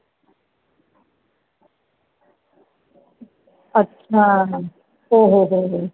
અચ્છા ઓ હો હો હો